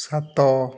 ସାତ